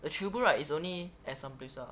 the chio bu right is only at some place ah